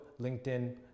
LinkedIn